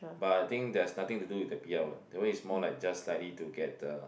but I think there's nothing to do with the P_R one that one is more like just likely to get the